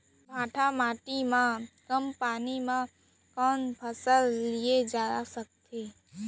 भांठा माटी मा कम पानी मा कौन फसल लिए जाथे सकत हे?